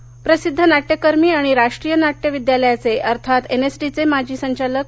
पुरस्कार प्रसिद्ध नाट्यकर्मी आणि राष्ट्रीय नाट्य विद्यालयाचे अर्थात एन एस डीचे माजी संचालक प्रा